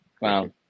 Wow